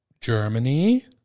Germany